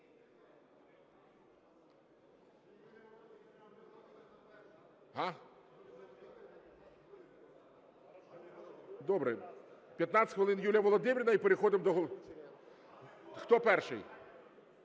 Добре! 15 хвилин Юлія Володимирівна – і переходимо до… Хто перший?